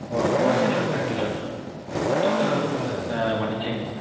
O okay sir thank you sir தொந்தரவு எதுவும் பண்ணல மன்னிச்சிடுங்க சார்